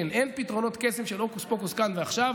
כן, אין פתרונות קסם של הוקוס-פוקוס, כאן ועכשיו.